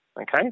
Okay